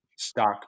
Stock